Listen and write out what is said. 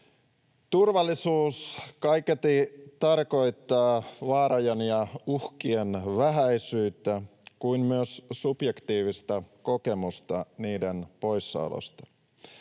Turvallisuus kaiketi tarkoittaa vaarojen ja uhkien vähäisyyttä kuin myös subjektiivista kokemusta niiden poissaolosta.